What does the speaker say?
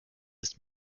ist